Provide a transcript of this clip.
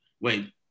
Wait